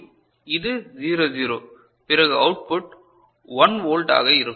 இது 0 0 பிறகு output 1 volt ஆக இருக்கும்